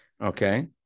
Okay